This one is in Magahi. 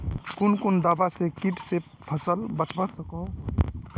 कुन कुन दवा से किट से फसल बचवा सकोहो होबे?